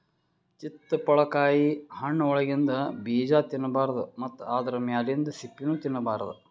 ಚಿತ್ತಪಳಕಾಯಿ ಹಣ್ಣ್ ಒಳಗಿಂದ ಬೀಜಾ ತಿನ್ನಬಾರ್ದು ಮತ್ತ್ ಆದ್ರ ಮ್ಯಾಲಿಂದ್ ಸಿಪ್ಪಿನೂ ತಿನ್ನಬಾರ್ದು